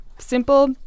Simple